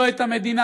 לא את המדינה,